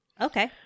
Okay